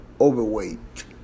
overweight